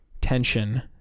tension